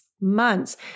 months